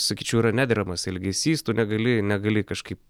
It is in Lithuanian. sakyčiau yra nederamas elgesys tu negali negali kažkaip